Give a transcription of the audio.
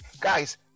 Guys